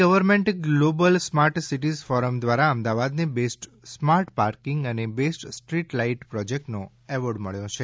government global smart cities forum દ્વારા અમદાવાદને best smart parking અને બેસ્ટ સ્ટ્રીટ લાઇટ પ્રોજેક્ટનો એવોર્ડ મબ્યો છે